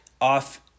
off